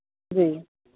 जी जी